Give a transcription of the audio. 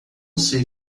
sei